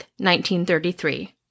1933